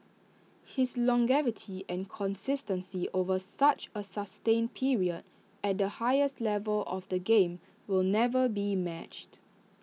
his longevity and consistency over such A sustained period at the highest level of the game will never be matched